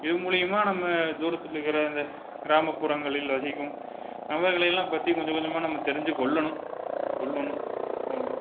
இது மூலிமா நம்ம தூரத்தில் இருக்கிற அந்த கிராமப்புறங்களில் வசிக்கும் நண்பர்களை எல்லாம் பற்றி கொஞ்சம் கொஞ்சமாக நம்ம தெரிஞ்சிக்கொள்ளணும் கொள்ளணும் அவ்வளோ தான்